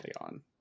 on